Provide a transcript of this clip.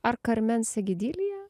ar karmen sigidilija